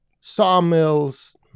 sawmills